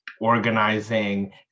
organizing